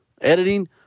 editing